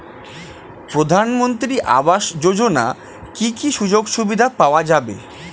প্রধানমন্ত্রী আবাস যোজনা কি কি সুযোগ সুবিধা পাওয়া যাবে?